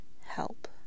help